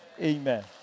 Amen